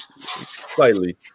Slightly